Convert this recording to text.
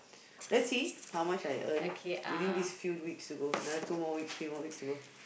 let's see how much I earn within these few weeks to go another two more weeks three more weeks to go